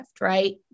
right